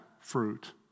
fruit